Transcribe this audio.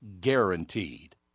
guaranteed